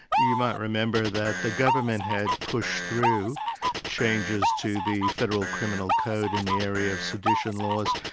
you might remember that the government had pushed through changes to the federal criminal code in the area of sedition laws,